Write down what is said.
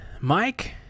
mike